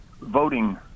voting